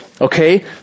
okay